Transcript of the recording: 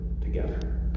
together